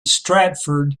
stratford